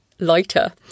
lighter